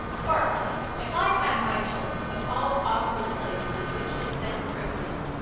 bartley, if i'd had my choice of all possible places in which to spend christmas,